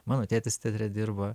mano tėtis teatre dirba